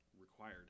required